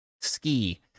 ski